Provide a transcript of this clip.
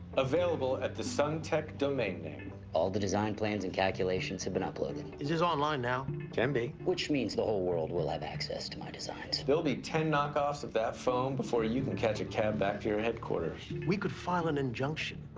available at the suntech domain name. all the design plans and calculations have been uploaded. is this online now? it can be. which means the whole world will have access to my designs. they'll be ten knock-offs of that phone before you can catch a cab back to your headquarters. we could file an injunction.